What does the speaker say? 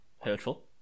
hurtful